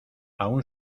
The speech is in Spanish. aún